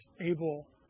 able